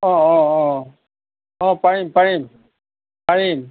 অঁ অঁ অঁ অঁ পাৰিম পাৰিম পাৰিম